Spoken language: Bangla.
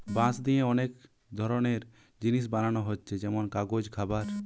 বাঁশ দিয়ে অনেক ধরনের জিনিস বানানা হচ্ছে যেমন কাগজ, খাবার